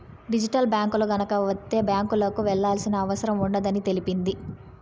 digital బ్యాంకులు గనక వత్తే బ్యాంకులకు వెళ్లాల్సిన అవసరం ఉండదని తెలిపింది